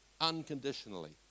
unconditionally